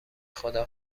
خدا